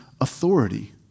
authority